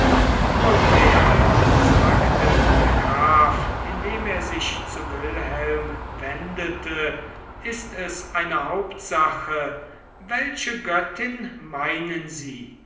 nunmehr sagte der graf indem er sich zu wilhelm wendete ist es eine hauptsache welche göttin meinen sie